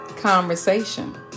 conversation